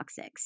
Toxics